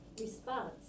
response